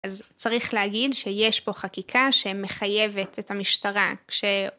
‫אז צריך להגיד שיש פה חקיקה ‫שמחייבת את המשטרה כש...